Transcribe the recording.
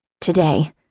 Today